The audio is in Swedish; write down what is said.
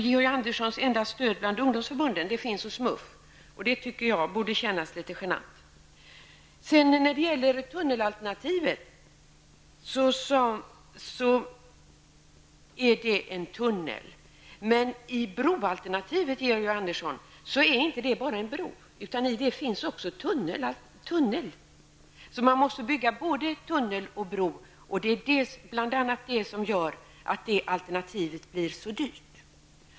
Georg Anderssons enda stöd bland ungdomsförbunden finns hos MUF, och det tycker jag borde kännas litet genant. Tunnelalternativet innebär att det byggs en tunnel. Men broalternativet, Georg Andersson, innebär inte bara en bro, utan i det alternativet ryms också en tunnel. Man måste bygga både tunnel och bro, och det är bl.a. detta som gör att det alternativet blir så dyrt.